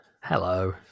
Hello